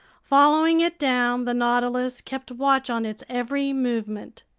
following it down, the nautilus kept watch on its every movement.